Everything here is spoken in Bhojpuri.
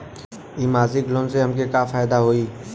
इ मासिक लोन से हमके का फायदा होई?